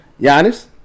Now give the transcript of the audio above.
Giannis